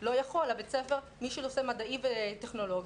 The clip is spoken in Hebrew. לא יכול, בית ספר מדעי וטכנולוגי